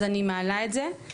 אז אני מעלה את זה.